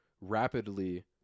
rapidly